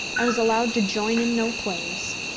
i was allowed to join in no plays.